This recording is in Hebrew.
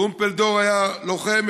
טרומפלדור היה לוחם,